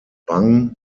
bang